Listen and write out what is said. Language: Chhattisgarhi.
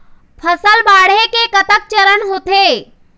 फसल बाढ़े के कतका चरण होथे?